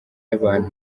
abantu